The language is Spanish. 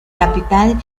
capital